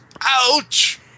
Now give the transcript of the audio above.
Ouch